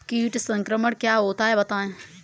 कीट संक्रमण क्या होता है बताएँ?